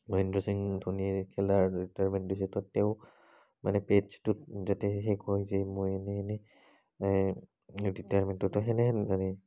মহেন্দ্ৰ সিং ধোনিয়ে খেলাৰ ৰিটায়াৰমেণ্ট লৈছে তেওঁ মানে পেজটোত যাতে সেই কয় যে মই ৰিটায়াৰমেণ্টত সেনেহেন মানে